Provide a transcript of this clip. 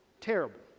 Terrible